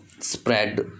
Spread